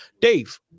Dave